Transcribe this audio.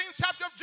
chapter